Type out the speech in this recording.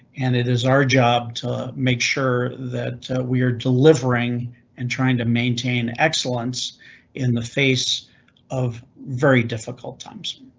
and it is our job to. make sure that we're delivering and trying to maintain excellence in the face of very difficult times.